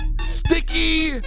Sticky